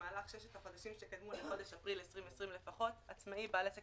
מחולק במספר החודשים שבהם עסק העצמאי בעסק